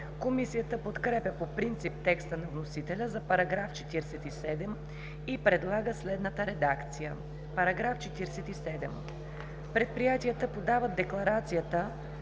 Комисията подкрепя по принцип текста на вносителя за § 47 и предлага следната редакция: „§ 47. Предприятията подават декларацията